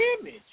image